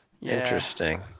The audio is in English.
Interesting